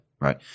right